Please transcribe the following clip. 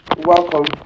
Welcome